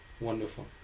Wonderful